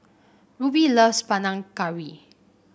Rubie loves Panang Curry